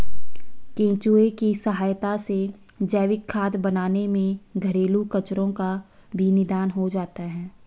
केंचुए की सहायता से जैविक खाद बनाने में घरेलू कचरो का भी निदान हो जाता है